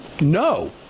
no